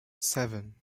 seven